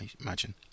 imagine